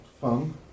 fun